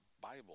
Bible